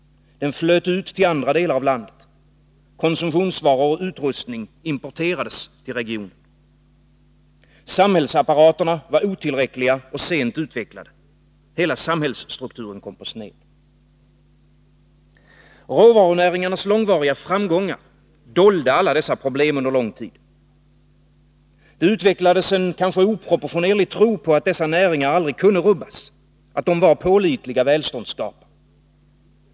Den flöt ut till andra delar av landet. Konsumtionsvaror och utrustning importerades till regionen. Samhällsapparaterna var otillräckliga och sent utvecklade. Hela samhällsstrukturen kom på sned. Råvarunäringarnas långvariga framgångar dolde alla dessa problem under lång tid. Det utvecklades en kanske oproportionerlig tro på att dessa näringar aldrig kunde rubbas, att de var pålitliga välståndsskapare.